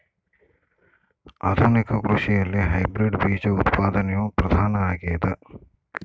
ಆಧುನಿಕ ಕೃಷಿಯಲ್ಲಿ ಹೈಬ್ರಿಡ್ ಬೇಜ ಉತ್ಪಾದನೆಯು ಪ್ರಧಾನ ಆಗ್ಯದ